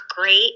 great